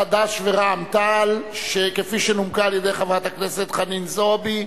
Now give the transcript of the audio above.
חד"ש ורע"ם-תע"ל כפי שנומקה על-ידי חברת הכנסת חנין זועבי,